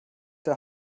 der